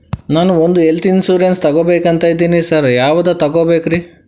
ನಾನ್ ಒಂದ್ health insurance ತಗಬೇಕಂತಿದೇನಿ sir ಯಾವದ ತಗಬೇಕ್ರಿ?